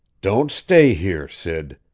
don't stay here, sid.